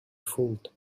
fooled